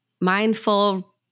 mindful